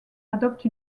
adopte